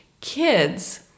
kids